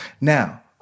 Now